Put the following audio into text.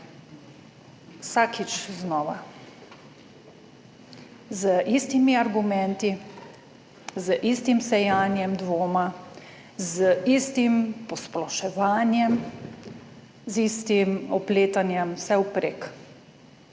vsakič znova z istimi argumenti, z istim sejanjem dvoma, z istim posploševanjem, z istim opletanjem vsevprek.